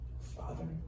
Father